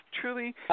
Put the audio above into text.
truly